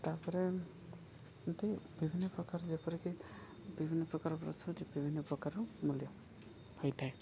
ତା'ପରେ ଏମ୍ତି ବିଭିନ୍ନ ପ୍ରକାର ଯେପରିକି ବିଭିନ୍ନ ପ୍ରକାର ବ୍ରସ୍ ଅଛି ବିଭିନ୍ନ ପ୍ରକାର ମୂଲ୍ୟ ହୋଇଥାଏ